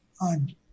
on